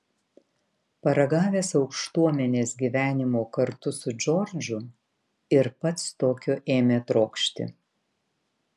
paragavęs aukštuomenės gyvenimo kartu su džordžu ir pats tokio ėmė trokšti